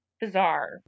bizarre